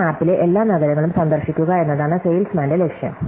ഈ മാപ്പിലെ എല്ലാ നഗരങ്ങളും സന്ദർശിക്കുക എന്നതാണ് സെയിൽസ്മാന്റെ ലക്ഷ്യം